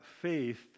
faith